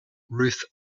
ruth